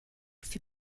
für